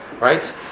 right